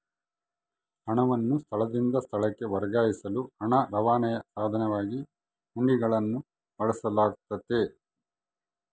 ಹಣವನ್ನು ಸ್ಥಳದಿಂದ ಸ್ಥಳಕ್ಕೆ ವರ್ಗಾಯಿಸಲು ಹಣ ರವಾನೆಯ ಸಾಧನವಾಗಿ ಹುಂಡಿಗಳನ್ನು ಬಳಸಲಾಗ್ತತೆ